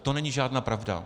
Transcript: To není žádná pravda.